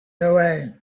away